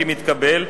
אם יתקבל,